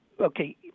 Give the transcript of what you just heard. okay